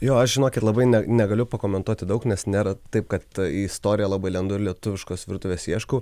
jo aš žinokit labai ne negaliu pakomentuoti daug nes nėra taip kad į istorija labai lendu ir lietuviškos virtuvės ieškau